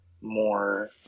more